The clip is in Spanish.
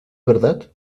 verdad